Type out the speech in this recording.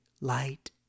light